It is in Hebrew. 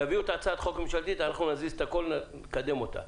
תביאו את הצעת החוק הממשלתית ואנחנו נזיז את הכול ונקדם אותה.